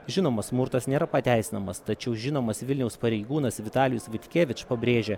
žinoma smurtas nėra pateisinamas tačiau žinomas vilniaus pareigūnas vitalijus vaitkevič pabrėžia